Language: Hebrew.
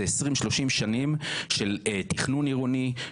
זה 30-20 שנים של תכנון עירוני,